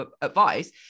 advice